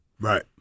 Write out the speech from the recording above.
Right